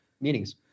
meetings